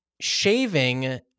shaving